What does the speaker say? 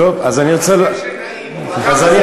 ככה זה כשנעים.